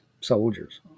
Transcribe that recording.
soldiers